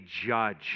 judge